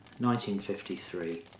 1953